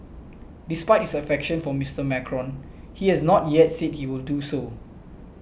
despite his affection for Mister Macron he has not yet said he will do so